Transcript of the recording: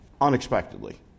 unexpectedly